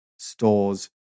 stores